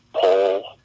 pull